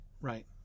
right